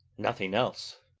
nothing else.